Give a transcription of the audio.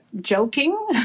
joking